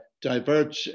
divert